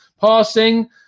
Passing